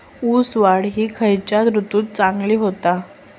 ऊस वाढ ही खयच्या ऋतूत चांगली होता?